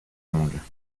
longues